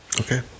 okay